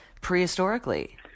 prehistorically